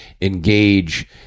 Engage